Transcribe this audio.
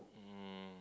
um